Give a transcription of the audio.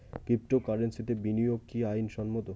ক্রিপ্টোকারেন্সিতে বিনিয়োগ কি আইন সম্মত?